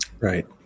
Right